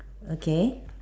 okay